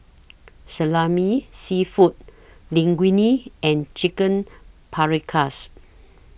Salami Seafood Linguine and Chicken Paprikas